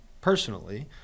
personally